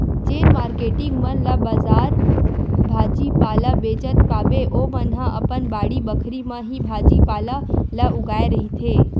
जेन मारकेटिंग मन ला बजार भाजी पाला बेंचत पाबे ओमन ह अपन बाड़ी बखरी म ही भाजी पाला ल उगाए रहिथे